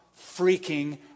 freaking